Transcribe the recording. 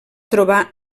trobar